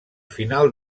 final